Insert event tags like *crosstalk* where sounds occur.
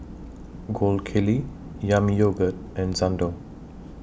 *noise* Gold Kili Yami Yogurt and Xndo